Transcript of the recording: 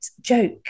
joke